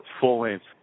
full-length